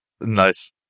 Nice